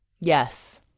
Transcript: Yes